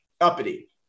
uppity